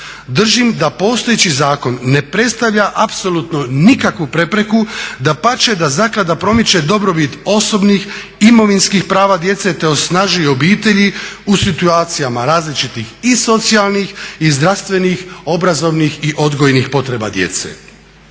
Držim da postojeći zakon ne predstavlja apsolutno nikakvu prepreku, dapače da zaklada promiče dobrobit osobnih, imovinskih prava djece, te osnažuje obitelji u situacijama različitih i socijalnih i zdravstvenih, obrazovnih i odgojnih potreba djece.